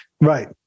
right